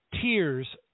tears